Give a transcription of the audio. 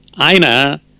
Aina